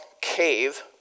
Cave